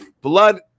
Blood